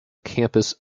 campus